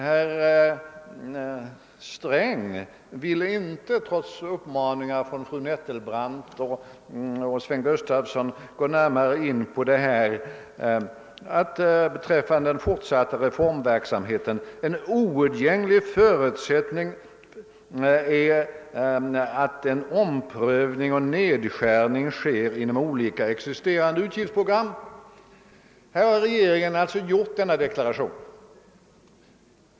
Herr Sträng ville inte, trots uppmaningar från fru Nettelbrandt och Sven Gustafson, gå närmare in på uttalandet i propositionen att en oundgänglig förutsättning för den fortsatta reformverksamheten är att olika existerande utgiftsprogram omprövas och skärs ned. Regeringen har gjort denna deklaration.